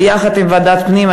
ויחד עם ועדת הפנים,